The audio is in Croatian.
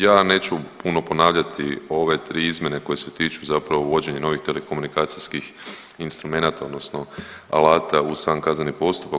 Ja neću puno ponavljati ove tri izmjene koje se tiču zapravo uvođenja novih telekomunikacijskih instrumenata, odnosno alata u sam kazneni postupak.